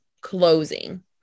closing